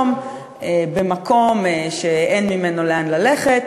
במקום שאין ממנו לאן ללכת,